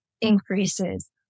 increases